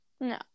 No